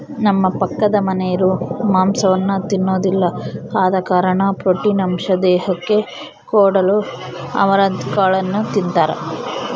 ನಮ್ಮ ಪಕ್ಕದಮನೆರು ಮಾಂಸವನ್ನ ತಿನ್ನೊದಿಲ್ಲ ಆದ ಕಾರಣ ಪ್ರೋಟೀನ್ ಅಂಶ ದೇಹಕ್ಕೆ ಕೊಡಲು ಅಮರಂತ್ ಕಾಳನ್ನು ತಿಂತಾರ